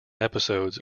episodes